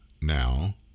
now